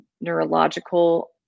neurological